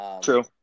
true